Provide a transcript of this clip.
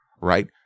right